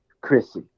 Chrissy